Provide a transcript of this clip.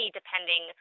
depending